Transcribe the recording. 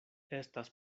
estas